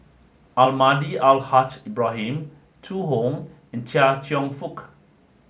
Almahdi Al Haj Ibrahim Zhu Hong and Chia Cheong Fook